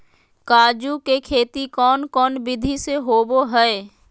काजू के खेती कौन कौन विधि से होबो हय?